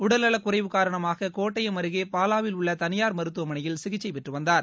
உடல்நலக்குறைவு காரணமாக கோட்டயம் அருகே பாலாவில் உள்ள தனியார் மருத்துவமனையில் சிகிச்சை பெற்றவந்தார்